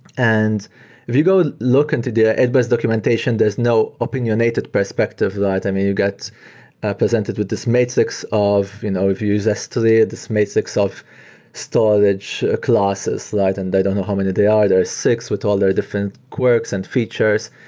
and if you go look into the advanced documentation, there's no opinionated perspective. like i mean, you get presented with this matrix of you know if you use s three, ah this matrix of storage classes like and they don't know how many they are. there are six with all their different quirks and features.